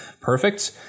perfect